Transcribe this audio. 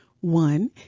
One